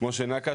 משה נקש,